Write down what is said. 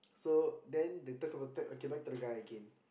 so then they talk about to okay back to the guy again